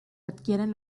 adquieren